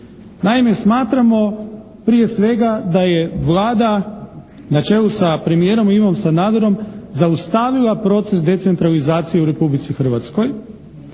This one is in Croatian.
Naime, smatramo prije svega da je Vlada na čelu sa premijerom Ivom Sanaderom zaustavila proces decentralizacije u Republici Hrvatskoj.